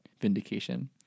vindication